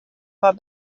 war